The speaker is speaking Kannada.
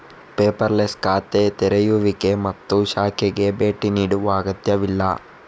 ಪೇಪರ್ಲೆಸ್ ಖಾತೆ ತೆರೆಯುವಿಕೆ ಮತ್ತು ಶಾಖೆಗೆ ಭೇಟಿ ನೀಡುವ ಅಗತ್ಯವಿಲ್ಲ